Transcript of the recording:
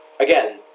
Again